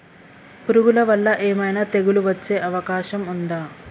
పురుగుల వల్ల ఏమైనా తెగులు వచ్చే అవకాశం ఉందా?